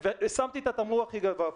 ושמתי את התמרור הכי גבוה פה.